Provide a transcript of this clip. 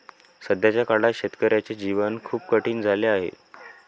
सध्याच्या काळात शेतकऱ्याचे जीवन खूप कठीण झाले आहे